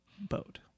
boat